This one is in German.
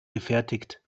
gefertigt